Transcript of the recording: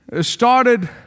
started